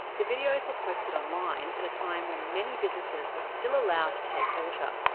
the videos were posted online at a time when many businesses were still allowed to take water.